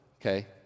okay